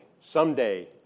someday